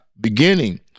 beginning